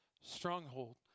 stronghold